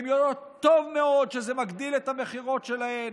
הן יודעות טוב מאוד שזה מגדיל את המכירות שלהן,